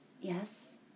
Yes